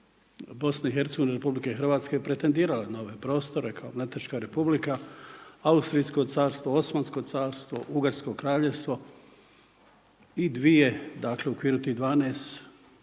susjedna prostorima BiH-a i RH pretendirala nove prostore kao Mletačka Republika, Austrijsko carstvo, Osmansko carstvo, Ugarsko Kraljevstvo i dvije dakle, u okviru tih 12 hrvatskih